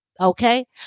okay